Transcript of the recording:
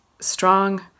strong